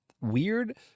weird